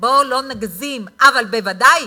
בואו לא נגזים, אבל בוודאי